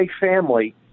family